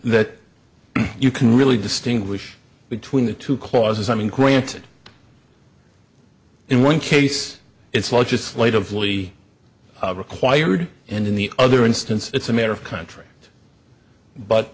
that you can really distinguish between the two clauses i mean granted in one case it's legislatively required and in the other instance it's a matter of country but